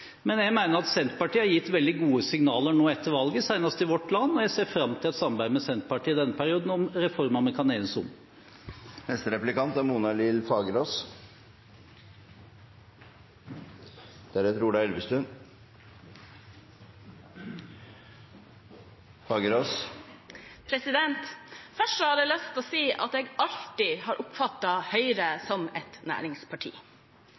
Men jeg mener at Senterpartiet har gitt veldig gode signaler nå etter valget, senest i Vårt Land, og jeg ser fram til et samarbeid med Senterpartiet i denne perioden, om reformer vi kan enes om. Først hadde jeg lyst til å si at jeg alltid har oppfattet Høyre som et næringsparti.